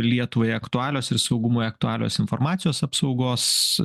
lietuvai aktualios ir saugumui aktualios informacijos apsaugos